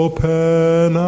Open